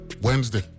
Wednesday